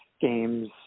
games